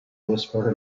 whisperer